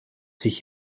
sich